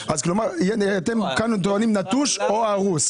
כאן טוענים: "נטוש או הרוס".